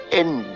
end